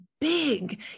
Big